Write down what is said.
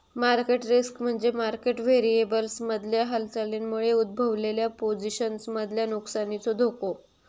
market risk म्हणजे market व्हेरिएबल्समधल्या हालचालींमुळे उद्भवलेल्या पोझिशन्समधल्या नुकसानीचो धोको